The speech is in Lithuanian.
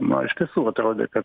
na iš tiesų atrodė kad